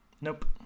Nope